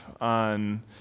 on